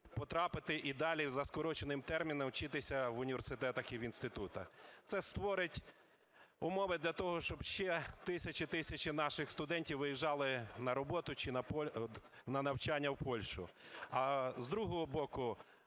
потрапити і далі за скороченим терміном вчитися в університетах і в інститутах. Це створить умови для того, щоб ще тисячі-тисячі наших студентів виїжджали на роботу чи на навчання в Польщу.